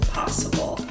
possible